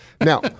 Now